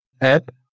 app